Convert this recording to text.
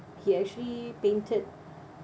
he actually painted